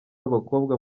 abakobwa